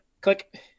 click